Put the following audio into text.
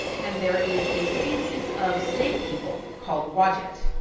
and there is a species of snake people called wadjet,